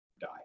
die